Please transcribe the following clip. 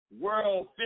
world